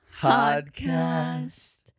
podcast